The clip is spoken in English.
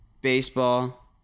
baseball